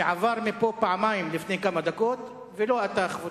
שעבר פה פעמיים לפני כמה דקות, ולא אתה, כבודו,